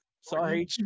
sorry